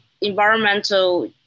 environmental